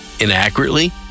inaccurately